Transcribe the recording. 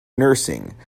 nursing